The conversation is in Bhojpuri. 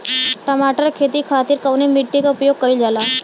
टमाटर क खेती खातिर कवने मिट्टी के उपयोग कइलजाला?